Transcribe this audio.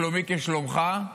שלומי כשלומך,